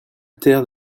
terre